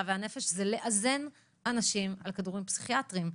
והנפש זה לאזן אנשים על כדורים פסיכיאטריים.